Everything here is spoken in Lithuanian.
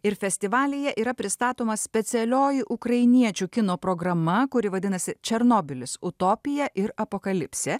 ir festivalyje yra pristatoma specialioji ukrainiečių kino programa kuri vadinasi černobylis utopija ir apokalipsė